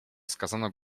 skazano